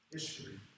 History